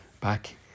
back